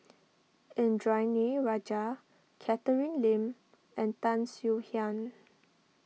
Indranee Rajah Catherine Lim and Tan Swie Hian